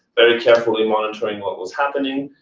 very carefully monitoring what was happening.